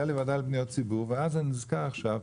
הייתה לי ועדה על פניות ציבור ואז אני נזכר שהיה.